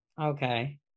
okay